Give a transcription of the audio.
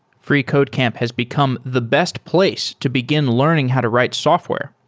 freecodecamp has become the best place to begin learning how to write software.